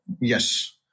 Yes